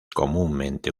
comúnmente